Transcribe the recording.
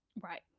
Right